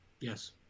Yes